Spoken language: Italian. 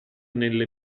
nelle